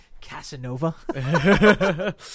Casanova